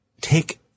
take